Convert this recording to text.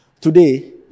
today